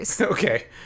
Okay